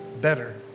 better